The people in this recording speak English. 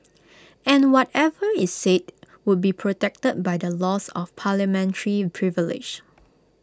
and whatever is said would be protected by the laws of parliamentary privilege